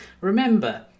Remember